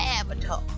Avatar